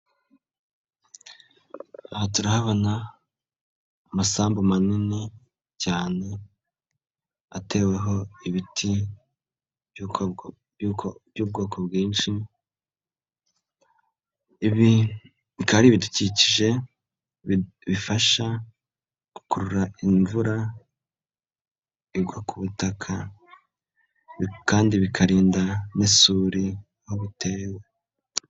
Aha turabona amasambu manini cyane ateweho ibiti by'ubwoko bwinshi, ibi bikaba ari ibidukikije bifasha gukurura imvura igwa ku butaka, kandi bikarinda n'isuri aho bitewe.